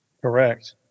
Correct